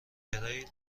تریل